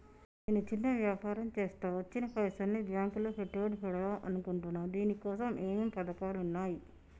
నేను చిన్న వ్యాపారం చేస్తా వచ్చిన పైసల్ని బ్యాంకులో పెట్టుబడి పెడదాం అనుకుంటున్నా దీనికోసం ఏమేం పథకాలు ఉన్నాయ్?